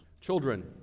children